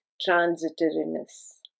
transitoriness